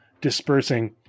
dispersing